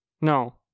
No